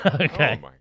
okay